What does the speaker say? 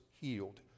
healed